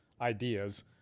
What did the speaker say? ideas